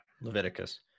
Leviticus